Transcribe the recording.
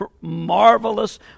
marvelous